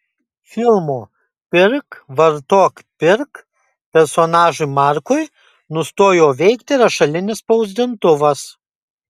filmo pirk vartok pirk personažui markui nustojo veikti rašalinis spausdintuvas